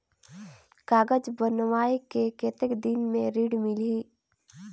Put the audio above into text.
कागज बनवाय के कतेक दिन मे ऋण मिलही?